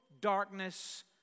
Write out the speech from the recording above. darkness